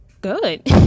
good